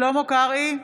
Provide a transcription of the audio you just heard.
שלמה קרעי,